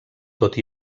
tot